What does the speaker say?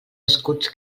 escuts